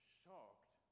shocked